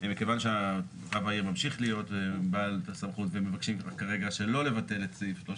מכיוון שדברים מתפרסמים בצורות כאלה ואחרות שהן לא במסגרת המרשם.